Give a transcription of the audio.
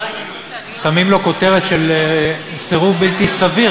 שמים לו כותרת של "סירוב בלתי סביר",